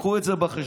וקחו את זה בחשבון.